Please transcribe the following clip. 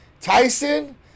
tyson